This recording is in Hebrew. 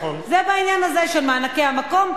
זה בעניין הזה של מענקי המקום,